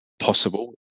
possible